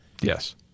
Yes